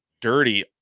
dirty